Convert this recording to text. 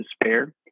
despair